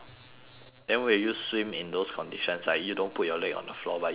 then will you swim in those conditions like you don't put your leg on the floor but you just swim